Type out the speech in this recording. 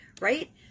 right